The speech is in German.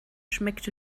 schmeckt